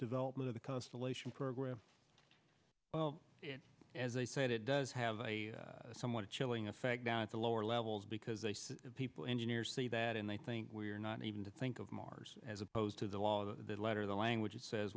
development of the constellation program well as they say it does have a somewhat chilling effect down at the lower levels because they say people engineers see that and they think we're not even to think of mars as opposed to the law the letter the language that says